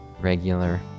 regular